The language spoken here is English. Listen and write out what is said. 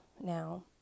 now